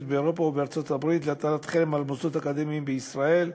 באירופה ובארצות-הברית להטיל חרם על מוסדות אקדמיים בישראל.